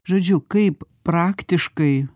žodžiu kaip praktiškai